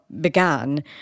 began